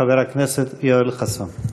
חבר הכנסת יואל חסון.